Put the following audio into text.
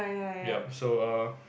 yup so err